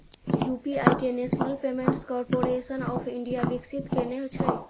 UPI कें national payments corporation of India विकसित केने छै